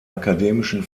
akademischen